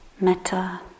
metta